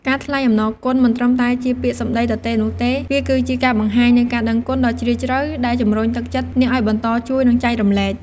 ការថ្លែងអំណរគុណមិនត្រឹមតែជាពាក្យសម្ដីទទេនោះទេ វាគឺជាការបង្ហាញនូវការដឹងគុណដ៏ជ្រាលជ្រៅ ដែលជំរុញទឹកចិត្តអ្នកឱ្យបន្តជួយ និងចែករំលែក។